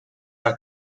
are